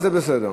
זה בסדר.